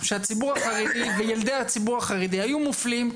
שהציבור החרדי וילדי הציבור החרדי היו מופלים,